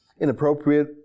inappropriate